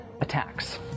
attacks